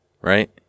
right